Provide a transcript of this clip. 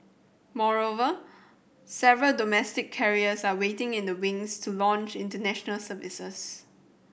moreover several domestic carriers are waiting in the wings to launch international services